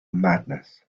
madness